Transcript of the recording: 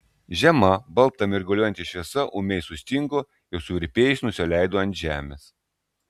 žema balta mirguliuojanti šviesa ūmiai sustingo ir suvirpėjusi nusileido ant žemės